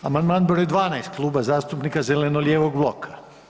Amandman br. 12 Kluba zastupnika zeleno-lijevog bloka.